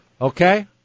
Okay